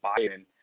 Biden